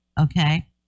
Okay